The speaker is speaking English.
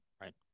Right